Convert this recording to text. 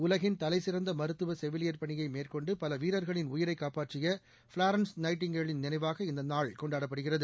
உலகின் தலைசிறந்த மருத்துவ செவிலியர் பணியை மேற்கொண்டு பல வீரர்களின் உயிரை காப்பாற்றிய ஃபிளாரன்ஸ் நைட்டிங்கேலின் நினைவாக இந்த நாள் கொண்டாடப்படுகிறது